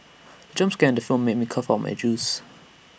jump scare in the film made me cough out my juice